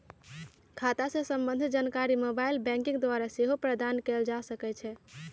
खता से संबंधित जानकारी मोबाइल बैंकिंग द्वारा सेहो प्राप्त कएल जा सकइ छै